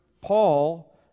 Paul